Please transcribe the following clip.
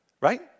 right